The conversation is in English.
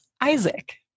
Isaac